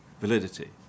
validity